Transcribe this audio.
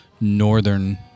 northern